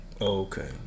Okay